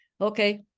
okay